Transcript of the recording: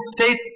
state